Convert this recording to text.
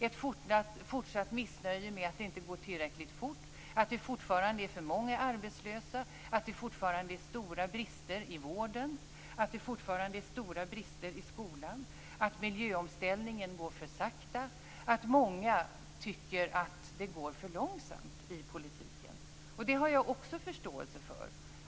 Ni kommer att möta ett fortsatt missnöje med att det inte går tillräckligt fort, att det fortfarande är för många arbetslösa, att det fortfarande är stora brister i vården, att det fortfarande är stora brister i skolan, att miljöomställningen går för sakta och att många tycker att det går för långsamt i politiken. Det har jag förståelse för.